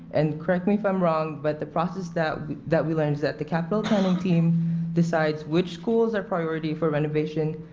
and correct me if i'm wrong, but the process that that we learned is that the capital planning team decides which school is a priority for renovation,